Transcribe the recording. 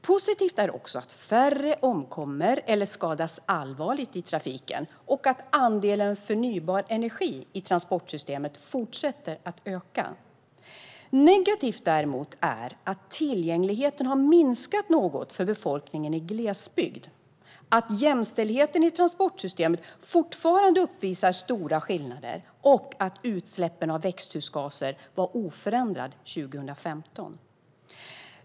Positivt är också att färre omkommer eller skadas allvarligt i trafiken och att andelen förnybar energi i transportsystemet fortsätter att öka. Negativt är däremot att tillgängligheten har minskat något för befolkningen i glesbygd, att jämställdheten i transportsystemet fortfarande uppvisar stora skillnader och att utsläppen av växthusgaser var oförändrade 2015.